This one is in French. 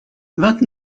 vingt